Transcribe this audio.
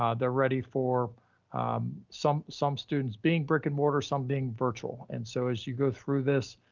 um they're ready for some, some students being brick and mortar, something virtual. and so as you go through this,